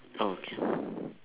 okay